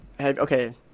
okay